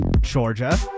Georgia